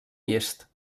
vist